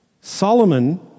Solomon